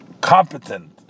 competent